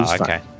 okay